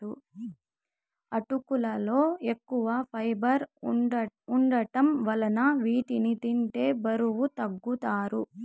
అటుకులలో ఎక్కువ ఫైబర్ వుండటం వలన వీటిని తింటే బరువు తగ్గుతారు